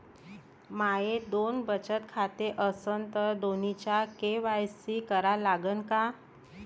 माये दोन बचत खाते असन तर दोन्हीचा के.वाय.सी करा लागन का?